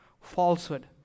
falsehood